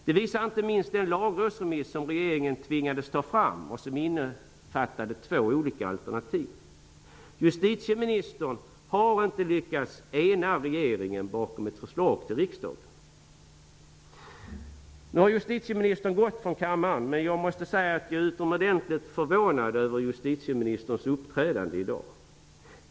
Det visar inte minst den Lagrådsremiss som regeringen tvingades ta fram och som innefattade två olika alternativ. Justitieministern har inte lyckats ena regeringen att stå bakom ett förslag till riksdagen. Nu har justitieministern gått från kammaren. Jag är utomordentligt förvånad över justitieministerns uppträdande i dag.